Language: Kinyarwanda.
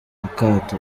akato